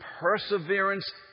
perseverance